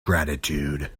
gratitude